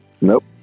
Nope